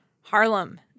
Harlem